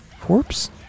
corpse